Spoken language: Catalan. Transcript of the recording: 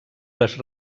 les